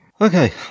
Okay